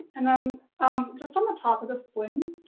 and then just on the top of this bling,